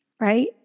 Right